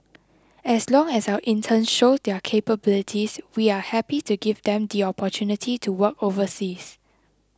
as long as our interns show their capabilities we are happy to give them the opportunity to work overseas